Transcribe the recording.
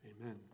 Amen